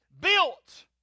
built